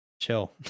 chill